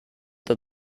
that